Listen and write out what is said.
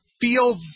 feel